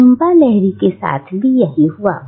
झूंपा लाहिरी के साथ भी यही हुआ